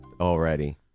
Already